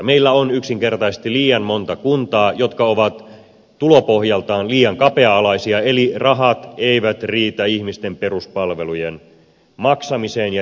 meillä on yksinkertaisesti liian monta kuntaa jotka ovat tulopohjaltaan liian kapea alaisia eli rahat eivät riitä ihmisten peruspalvelujen maksamiseen ja järjestämiseen